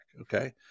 Okay